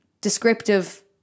descriptive